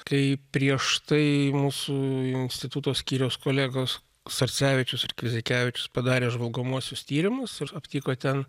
kai prieš tai mūsų instituto skyriaus kolegos sarcevičius ir kvizikevičius padarė žvalgomuosius tyrimus ir aptiko ten